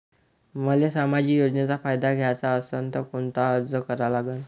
मले सामाजिक योजनेचा फायदा घ्याचा असन त कोनता अर्ज करा लागन?